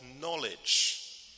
knowledge